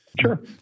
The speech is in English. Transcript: Sure